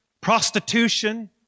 prostitution